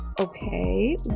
Okay